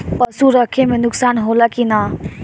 पशु रखे मे नुकसान होला कि न?